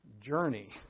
journey